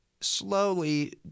slowly